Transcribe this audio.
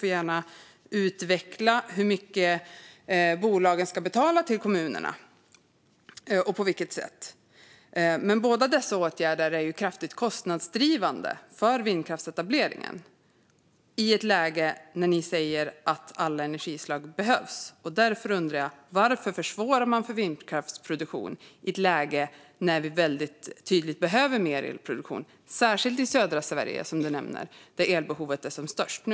Louise Eklund får gärna utveckla hur mycket bolagen ska betala till kommunerna och på vilket sätt. Båda dessa åtgärder är ju kraftigt kostnadsdrivande för vindkraftsetableringen i ett läge när ni säger att alla energislag behövs. Därför undrar jag: Varför försvåra för vindkraftsproduktion i ett läge när vi väldigt tydligt behöver mer energiproduktion? Detta gäller särskilt i södra Sverige, som du nämnde, där elbehovet är som störst nu.